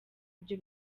ibyo